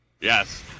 Yes